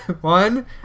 One